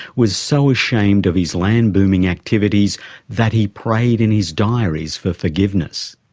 was so ashamed of his land booming activities that he prayed in his diaries for forgiveness.